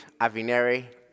Avineri